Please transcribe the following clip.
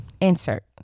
insert